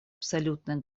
абсолютной